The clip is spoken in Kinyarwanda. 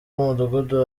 w’umudugudu